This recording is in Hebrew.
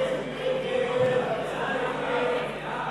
הצעת חוק-יסוד: